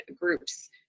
groups